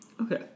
Okay